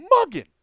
mugging